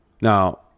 now